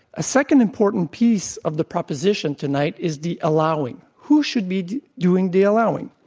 a second important piece of the proposition tonight is the allowing. who should be doing the allowing?